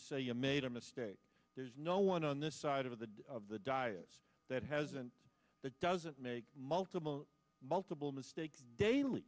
to say you made a mistake there's no one on this side of the of the diocese that hasn't that doesn't make multiple multiple mistakes daily